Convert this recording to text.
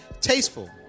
Tasteful